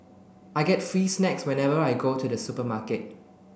I get free snacks whenever I go to the supermarket